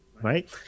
Right